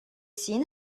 seen